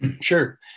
Sure